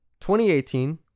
2018